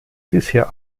bisher